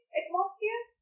atmosphere